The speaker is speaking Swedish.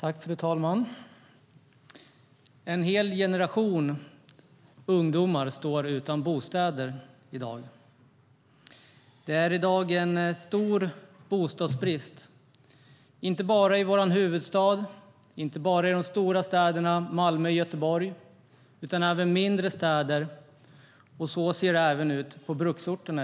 Fru talman! En hel generation ungdomar står utan bostäder. Det är i dag en stor bostadsbrist, inte bara i vår huvudstad, inte bara i de stora städerna Malmö och Göteborg, utan det är bostadsbrist även i mindre städer. Och så ser det ut också i bruksorterna.